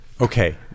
Okay